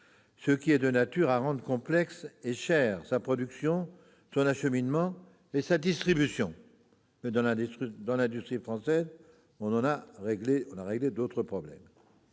ce qui est de nature à rendre complexes et chers sa production, son acheminement et sa distribution- mais l'industrie française a déjà réglé des problèmes